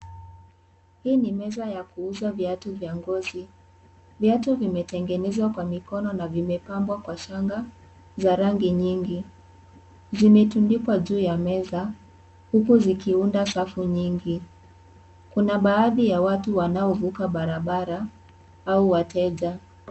Hii ni meza ya kuuza viatu vya ngozi, viatu vimetengenezwa kwa mikono na vimepambwa kwa shanga za rangi nyingi zimetundikwa juu ya meza huku zikiunda safu nyingi, kuna baadhi ya watu wanaovuka barabara au wateja.